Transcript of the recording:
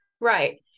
Right